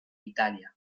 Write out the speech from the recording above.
italia